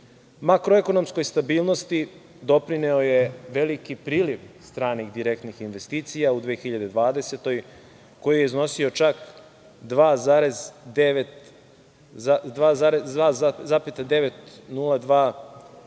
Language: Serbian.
Makroekonomskoj stabilnosti doprineo je veliki priliv stranih direktnih investicija u 2020. godini koji je iznosio čak 2,902